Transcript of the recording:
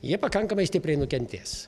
jie pakankamai stipriai nukentės